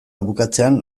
bukatzean